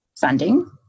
funding